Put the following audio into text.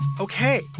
Okay